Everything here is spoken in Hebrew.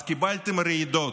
אז קיבלתם רעידות,